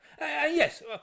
Yes